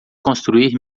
construir